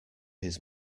his